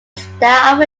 style